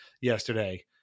yesterday